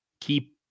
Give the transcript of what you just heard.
keep